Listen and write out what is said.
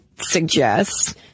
suggests